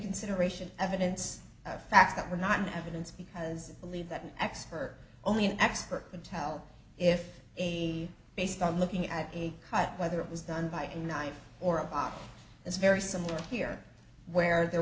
consideration evidence of facts that were not in evidence because believe that an expert only an expert can tell if based on looking at a cut whether it was done by a knife or a box it's very similar to here where there